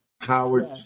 Howard